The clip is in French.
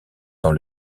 dans